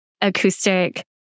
acoustic